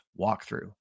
walkthrough